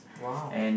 !wow!